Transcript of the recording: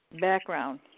background